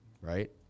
right